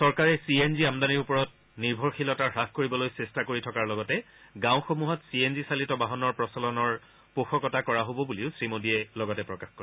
চৰকাৰে C N G আমদানিৰ ওপৰত নিৰ্ভৰশীলতা হ্ৰাস কৰিবলৈ চেষ্টা কৰি থকাৰ লগতে গাঁওসমূহত চি এন জি চালিত বাহনৰ প্ৰচলনৰ পোষকতা কৰা হ'ব বুলিও শ্ৰীমোদীয়ে লগতে প্ৰকাশ কৰে